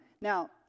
Now